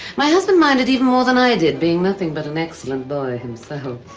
my husband minded even more than i did, being nothing but an excellent boy himself.